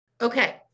Okay